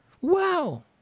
Wow